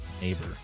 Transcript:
neighbor